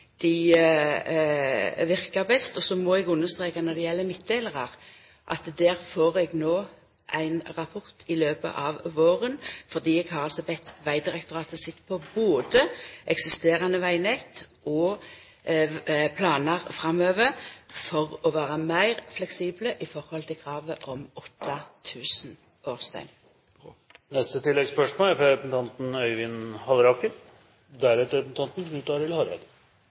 verkar best. Så må eg understreka når det gjeld midtdelarar, at eg no får ein rapport i løpet av våren, fordi eg altså har bede Vegdirektoratet sjå på eksisterande vegnett og planar framover for å vera meir fleksibel i høve til kravet om